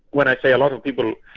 when i say a lot of people,